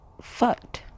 fucked